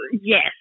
Yes